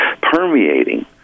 permeating